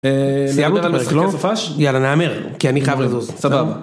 סיימנו את המרכז סופש, יאללה נהמר כי אני חייב לזוז, סבבה